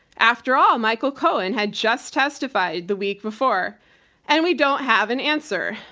after all, michael cohen had just testified the week before and we don't have an answer,